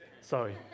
Sorry